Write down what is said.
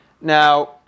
now